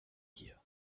hier